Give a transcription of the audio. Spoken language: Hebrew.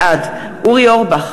בעד אורי אורבך,